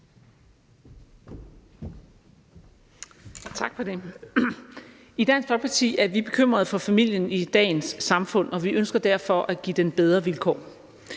I Dansk Folkeparti er vi bekymret for familien i dagens samfund, og vi ønsker derfor at give den bedre vilkår.